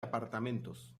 apartamentos